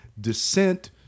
descent